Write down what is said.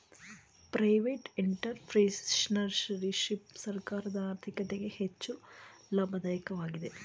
private entrepreneurship ಸರ್ಕಾರದ ಆರ್ಥಿಕತೆಗೆ ಹೆಚ್ಚು ಲಾಭದಾಯಕವಾಗಿದೆ